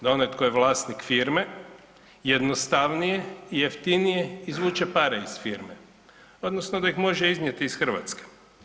Da onaj tko je vlasnik firme jednostavnije i jeftinije izvuče pare iz firme odnosno da ih može iznijeti iz Hrvatske.